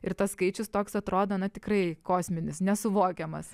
ir tas skaičius toks atrodo na tikrai kosminis nesuvokiamas